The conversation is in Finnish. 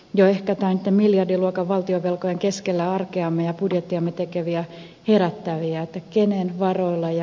ja näitten miljardiluokan valtionvelkojen keskellä arkeamme ja budjettiamme tekeviä herättäviä